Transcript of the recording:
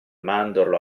mandorlo